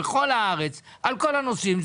על כל הנושאים,